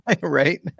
Right